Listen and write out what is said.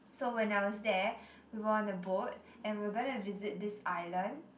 so when I was there we were on a boat and we're gonna visit this island